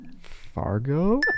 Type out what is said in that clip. Fargo